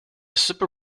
super